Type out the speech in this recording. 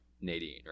Nadine